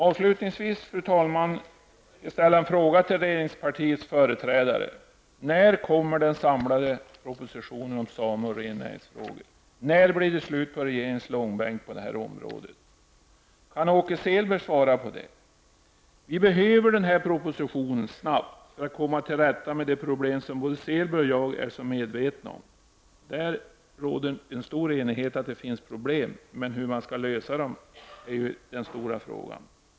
Avslutningsvis, fru talman, vill jag ställa några frågor till regeringspartiets företrädare: När kommer den samlade propositionen om same och rennäringsfrågor? När blir det slut på regeringens långbänk på det här området? Kan Åke Selberg svara på det? Vi behöver den propositionen snabbt för att komma till rätta med de problem som både Selberg och jag är så medvetna om. Det råder stor enighet om att det finns problem, men hur man skall lösa dem är den stora frågan.